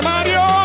Mario